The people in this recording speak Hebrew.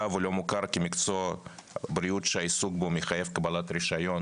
ולא מוכר כמקצוע בריאות שהעיסוק בו מחייב קבלת רישיון